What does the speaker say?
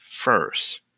first